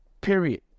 Period